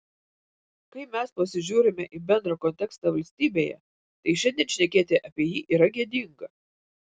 kai mes pasižiūrime į bendrą kontekstą valstybėje tai šiandien šnekėti apie jį yra gėdinga